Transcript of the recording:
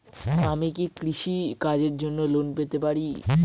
আমি কি কৃষি কাজের জন্য লোন পেতে পারি?